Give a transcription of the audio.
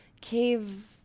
cave